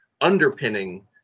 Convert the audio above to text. underpinning